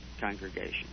congregation